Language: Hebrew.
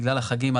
בגלל החגים,